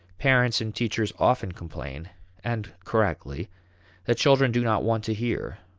parents and teachers often complain and correctly that children do not want to hear,